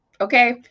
okay